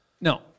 No